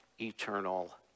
eternal